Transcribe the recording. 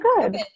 good